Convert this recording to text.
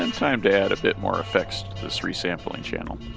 and time to add a bit more effects to this resampling channel